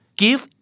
give